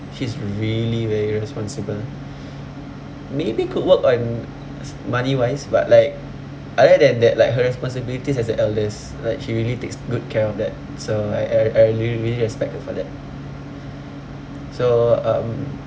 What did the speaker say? she is really very responsible maybe could work on money wise but like other than that like her responsibilities as the eldest like she really takes good care of that so I I I really really respect her for that so um